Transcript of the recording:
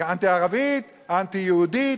האנטי-ערבית, האנטי-יהודית.